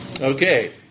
Okay